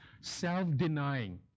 self-denying